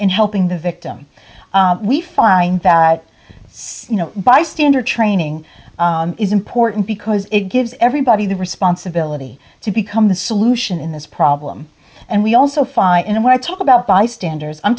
in helping the victim we find that you know bystander training is important because it gives everybody the responsibility to become the solution in this problem and we also find it when i talk about bystanders i'm